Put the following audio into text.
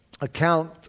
account